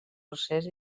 procés